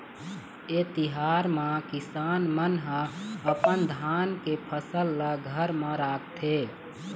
ए तिहार म किसान मन ह अपन धान के फसल ल घर म राखथे